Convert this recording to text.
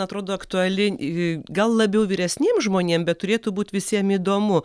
atrodo aktuali gal labiau vyresniem žmonėm bet turėtų būt visiem įdomu